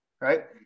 right